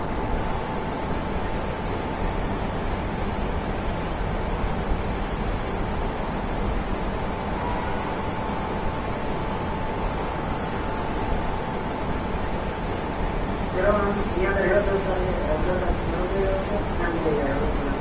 चलो इंया करेओ तुस साढ़े रेगुलर कस्टमर ओ तुस ते नमी लेई आयो मेरे कशा